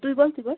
তুই বল তুই বল